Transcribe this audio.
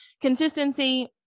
consistency